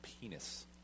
Penis